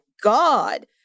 God